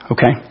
Okay